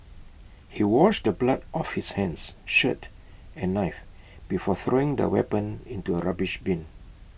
he washed the blood off his hands shirt and knife before throwing the weapon into A rubbish bin